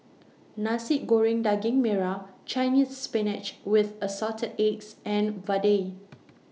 Nasi Goreng Daging Merah Chinese Spinach with Assorted Eggs and Vadai